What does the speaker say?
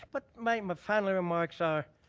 but my final remarks are